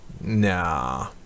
Nah